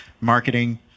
marketing